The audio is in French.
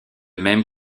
même